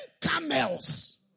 camels